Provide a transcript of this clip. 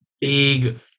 big